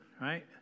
right